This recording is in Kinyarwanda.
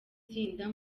tsinda